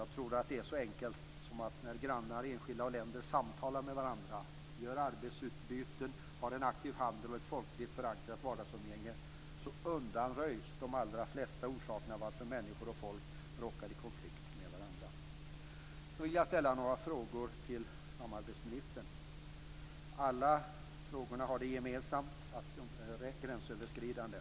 Jag tror att det är så enkelt att när grannar, enskilda och länder, samtalar med varandra, gör arbetsutbyten och har en aktiv handel och ett folkligt förankrat vardagsumgänge undanröjs de allra flesta orsaker till varför människor och folk råkar i konflikt med varandra. Jag vill ställa några frågor till samarbetsministern. Alla frågorna har det gemensamt att de är gränsöverskridande.